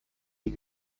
die